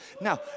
now